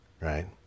right